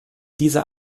dieser